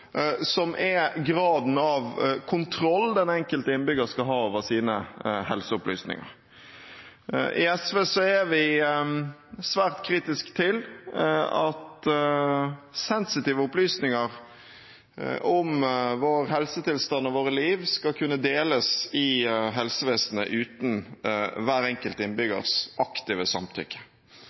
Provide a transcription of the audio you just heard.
som er graden av kontroll den enkelte innbygger skal ha over sine helseopplysninger. I SV er vi svært kritiske til at sensitive opplysninger om vår helsetilstand og våre liv skal kunne deles i helsevesenet uten hver enkelt innbyggers aktive samtykke.